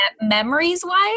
Memories-wise